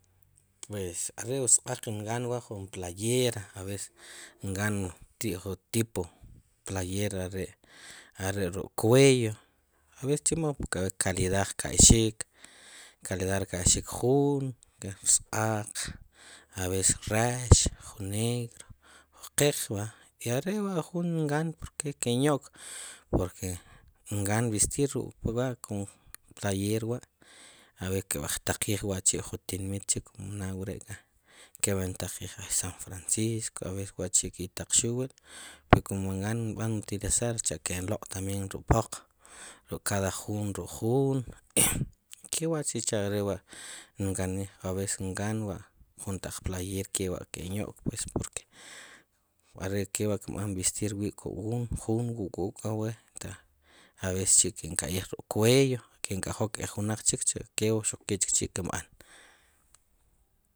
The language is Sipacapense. Pues are' wusa'q nkán wa jun playera a veces nk'an jun tipo playera are', are' ruk' cuello a veces chemo calidad qkay'xik, calidad rka'yxin jun rs'aq a veces rex, jun negro, q'eq va, i are' wa' jun nk'an porque ken yo'k porque nk'an vestir ruk' wua' kum playera wa', a ver wa' keb'qtaqij pju tinmit chik naa wre' k'aa keb'entaqij san francisco a ver wachi' ki' taqxul wi', p como nk'an utilizar sicha' ken loq' tambien ruk' pooq ku' cada jun, jun kewa', sicha' are' wa' k'an, a veces nk'anwa', jun taq playera kewa' ken yok pues porque are kewa' ken b'an vestir winb' kuk'wun jun wu kuken wa, a ces sichi' ke'n kayij ruk' cuello, ken kajok nk'ej wnaq kewa' xuq ke chikchi' kenb'an